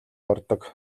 ордог